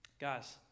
Guys